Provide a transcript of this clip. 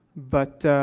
but, ah,